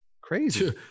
crazy